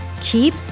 Keep